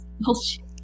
Bullshit